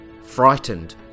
Frightened